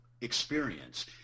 experience